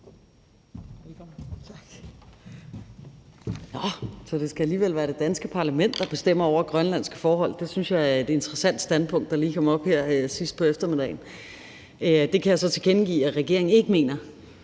Nå, så det skal alligevel være det danske parlament, der bestemmer over grønlandske forhold. Det synes jeg er et interessant standpunkt, der lige kom op her sidst på eftermiddagen. Det kan jeg så tilkendegive at regeringen ikke mener.